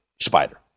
Spider